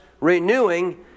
renewing